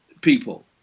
people